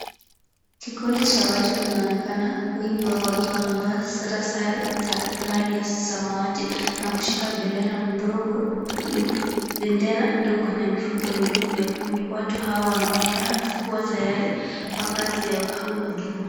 Kikundi cha watu kinaonekana wengi wao wakiwa wamevaa sare za rangi ya samawati na kushika bendera ndogo na mifuko miekundu. Watu hawa wanaonekana kuwa tayari kwa kazi ya huduma.